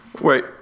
Wait